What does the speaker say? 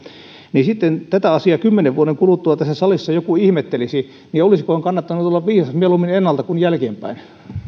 ja sitten tätä asiaa kymmenen vuoden kuluttua tässä salissa joku ihmettelisi olisikohan kannattanut olla viisas mieluummin ennalta kuin jälkeenpäin